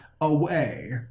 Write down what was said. away